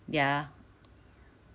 ya